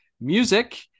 music